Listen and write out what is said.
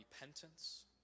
repentance